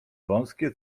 wąskie